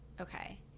okay